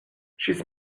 she’s